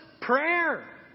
prayer